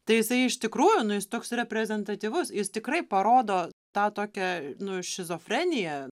tai jisai iš tikrųjų nu jis toks reprezentatyvus jis tikrai parodo tą tokią nu šizofreniją